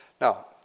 Now